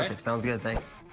ah that sounds good. thanks.